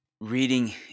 reading